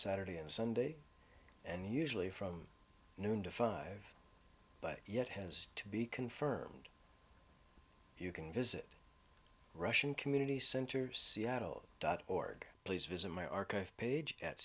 saturday and sunday and usually from noon to five but yet has to be confirmed you can visit russian community center seattle dot org please visit my archive page at